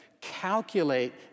calculate